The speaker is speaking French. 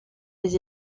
les